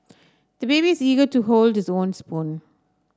the baby's eager to hold his own spoon